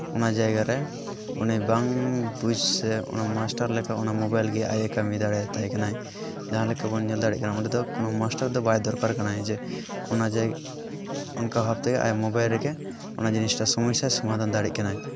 ᱚᱱᱟ ᱡᱟᱭᱜᱟ ᱨᱮ ᱩᱱᱤ ᱵᱟᱝ ᱵᱩᱡᱽ ᱥᱮ ᱢᱟᱥᱴᱟᱨ ᱞᱮᱠᱟ ᱚᱱᱟ ᱢᱳᱵᱟᱭᱤᱞ ᱜᱮ ᱟᱡ ᱮ ᱠᱟᱹᱢᱤ ᱫᱟᱲᱮᱭᱟᱛᱟᱭ ᱠᱟᱱᱟ ᱡᱟᱦᱟᱸ ᱞᱮᱠᱟ ᱵᱚᱱ ᱧᱮᱞ ᱫᱟᱲᱮᱭᱟᱜ ᱠᱟᱱᱟ ᱚᱸᱰᱮ ᱫᱚ ᱠᱚᱱᱳ ᱢᱟᱥᱴᱟᱨ ᱫᱚ ᱵᱟᱭ ᱫᱚᱨᱠᱟᱨᱮ ᱠᱟᱱᱟᱭ ᱡᱮ ᱚᱱᱟ ᱡᱟᱭᱜᱟ ᱚᱱᱠᱟ ᱵᱷᱟᱵᱽᱛᱮ ᱟᱡ ᱢᱳᱵᱟᱭᱤᱞ ᱨᱮᱜᱮ ᱚᱱᱟ ᱡᱤᱱᱤᱥᱴᱟ ᱥᱚᱢᱚᱥᱥᱟ ᱥᱚᱢᱟᱫᱷᱟᱱ ᱫᱟᱲᱮᱭᱟᱜ ᱠᱟᱱᱟᱭ